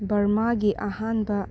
ꯕ꯭ꯔꯃꯥꯒꯤ ꯑꯍꯥꯟꯕ